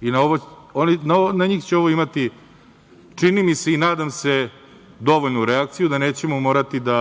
i na njih će ovo imati čini mi se i nadam se dovoljnu reakciju da nećemo morati da